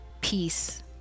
peace